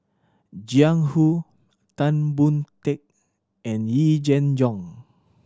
Jiang Hu Tan Boon Teik and Yee Jenn Jong